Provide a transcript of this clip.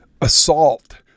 assault